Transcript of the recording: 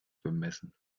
bemessen